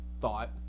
thought